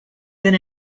been